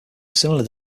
similar